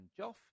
Joff